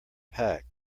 pack